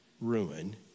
ruin